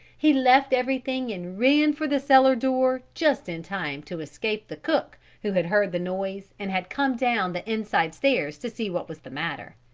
he left everything and ran for the cellar door just in time to escape the cook who had heard the noise and had come down the inside stairs to see what was the matter.